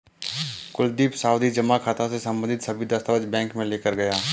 कुलदीप सावधि जमा खाता से संबंधित सभी दस्तावेज बैंक में लेकर गया